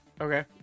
Okay